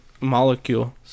molecule